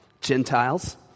Gentiles